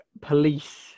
police